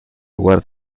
lugar